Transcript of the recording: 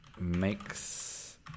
makes